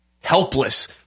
helpless